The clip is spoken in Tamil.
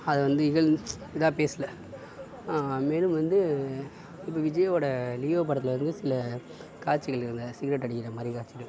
அதை வந்து இகழ்ந் இதாக பேசலை மேலும் வந்து இப்போ விஜயோட லியோ படத்தில் வந்து சில காட்சிகள் இருந்தன சிகரெட் அடிக்கிற மாதிரி காட்சிகள்